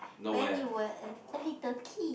when you were a a little kid